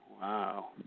Wow